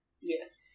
Yes